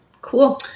Cool